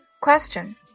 Question